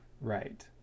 right